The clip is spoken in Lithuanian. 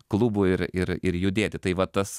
klubų ir ir ir judėti tai va tas